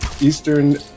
Eastern